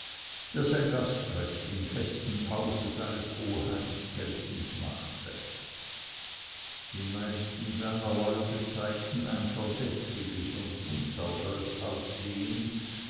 der sein gastrecht im festen hause seines oheims geltend machte die meisten seiner leute zeigten ein verdächtiges und unsauberes aussehen